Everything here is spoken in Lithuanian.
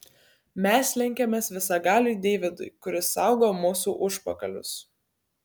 mes lenkiamės visagaliui deividui kuris saugo mūsų užpakalius